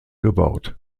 gebaut